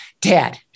Dad